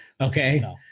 Okay